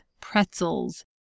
pretzels